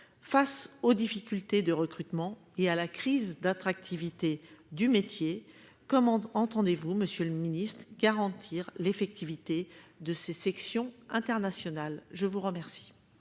Face aux difficultés de recrutement et à la crise d'attractivité du métier, comment entendez-vous, Monsieur le Ministre, garantir l'effectivité de ces sections internationales. Je vous remercie.